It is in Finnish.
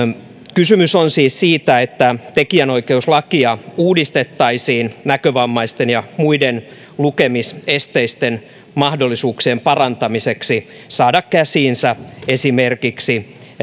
kysymys on siis siitä että tekijänoikeuslakia uudistettaisiin näkövammaisten ja muiden lukemisesteisten mahdollisuuksien parantamiseksi saada käsiinsä esimerkiksi